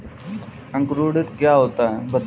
अंकुरण क्या होता है बताएँ?